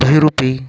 बहुरूपी